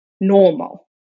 normal